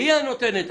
היא הנותנת.